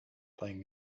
playing